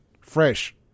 Fresh